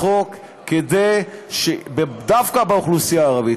חוק כדי שדווקא באוכלוסייה הערבית,